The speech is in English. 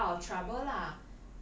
get out of trouble lah